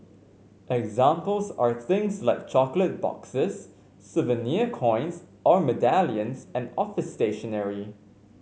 examples are things like chocolate boxes souvenir coins or medallions and office stationery